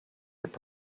their